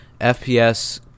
FPS